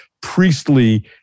priestly